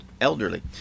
elderly